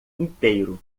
inteiro